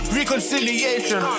reconciliation